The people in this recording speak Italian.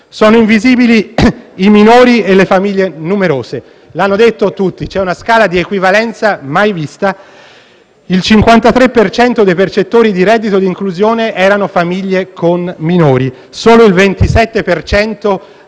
Sono invisibili i minori e le famiglie numerose. Lo hanno detto tutti: c'è una scala di equivalenza mai vista. Il 53 per cento dei percettori di reddito di inclusione era costituito da famiglie con minori, mentre solo il 27